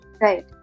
Right